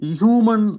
human